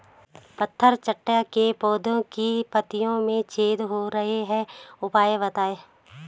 पत्थर चट्टा के पौधें की पत्तियों में छेद हो रहे हैं उपाय बताएं?